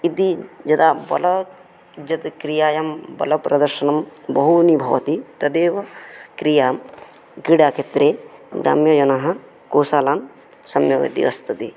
इति यदा बलं यत् क्रियायां बलप्रदर्शनं बहूनि भवति तदैव क्रियां क्रीडाक्षेत्रे ग्राम्यजनाः कौशलं सम्यक् प्रस्तुति